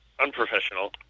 unprofessional